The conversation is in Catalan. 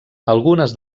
algunes